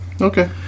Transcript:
Okay